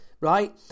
right